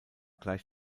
gleich